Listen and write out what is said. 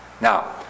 Now